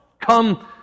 come